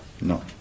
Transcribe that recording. No